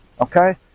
okay